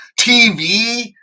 tv